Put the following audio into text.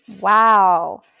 Wow